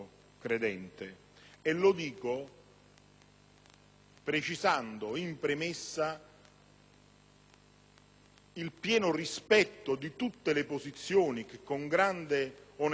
precisando in premessa il pieno rispetto di tutte le posizioni che con grande onestà intellettuale e con grande intensità